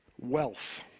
wealth